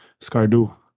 Skardu